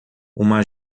uma